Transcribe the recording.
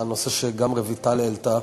הנושא שגם רויטל העלתה,